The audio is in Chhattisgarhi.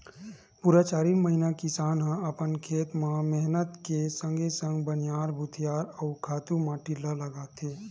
पुरा चारिन महिना किसान ह अपन खेत म मेहनत के संगे संग बनिहार भुतिहार अउ खातू माटी ल लगाथे